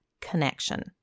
connection